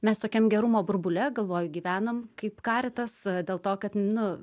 mes tokiam gerumo burbule galvoju gyvenam kaip karitas dėl to kad nu